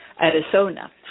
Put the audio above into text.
Arizona